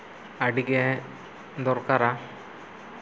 ᱟᱹᱰᱤ ᱜᱮ ᱫᱚᱨᱠᱟᱨᱟ